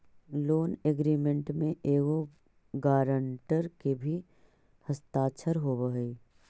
loan agreement में एगो guarantor के भी हस्ताक्षर होवऽ हई